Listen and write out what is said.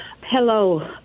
Hello